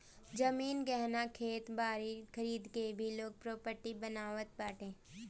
जमीन, गहना, खेत बारी खरीद के भी लोग प्रापर्टी बनावत बाटे